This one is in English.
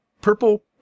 purple